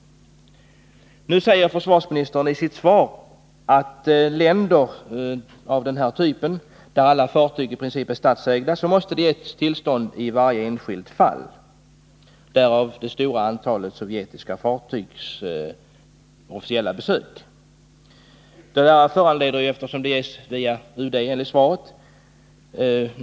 Nu säger försvarsministern i sitt svar att det till länder där alla fartyg är statsägda måste ges tillstånd för varje enskilt flottbesök — därav det stora antalet officiella besök av sovjetiska fartyg. Svaren på ansökningar om sådana besök lämnas av UD, och det krävs naturligtvis en apparat för detta.